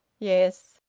yes.